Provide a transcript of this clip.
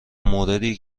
موردی